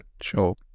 Sure